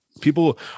people